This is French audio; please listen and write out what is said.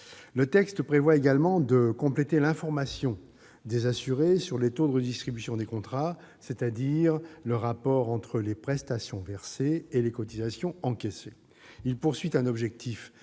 de loi prévoit également de compléter l'information des assurés sur les taux de redistribution des contrats, c'est-à-dire le rapport entre les prestations versées et les cotisations encaissées. Il vise un objectif